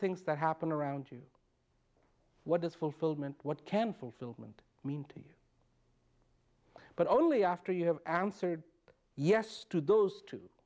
things that happen around you what is fulfillment what can fulfillment mean to you but only after you have answered yes to those t